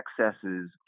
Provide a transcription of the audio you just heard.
excesses